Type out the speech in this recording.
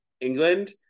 England